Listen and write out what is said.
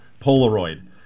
Polaroid